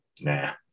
nah